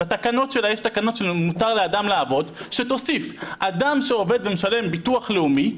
בתקנות כתוב שמותר לאדם לעבוד - שתוסיף: אדם שעובד ומשלם ביטוח לאומי,